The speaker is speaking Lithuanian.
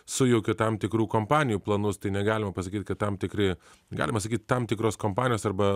sujaukė tam tikrų kompanijų planus tai negalima pasakyt kad tam tikri galima sakyt tam tikros kompanijos arba